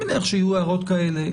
אני מניח שיהיו הערות כאלה,